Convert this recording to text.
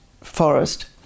forest